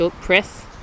press